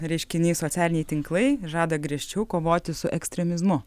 reiškinys socialiniai tinklai žada griežčiau kovoti su ekstremizmu